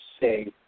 say